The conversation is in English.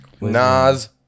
Nas